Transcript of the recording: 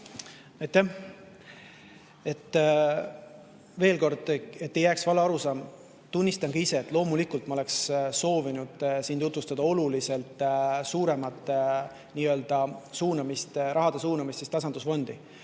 Veel kord, et ei jääks vale arusaam. Ma tunnistan, et loomulikult ma oleks soovinud siin tutvustada oluliselt suurema summa suunamist tasandusfondi,